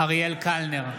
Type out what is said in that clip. אריאל קלנר,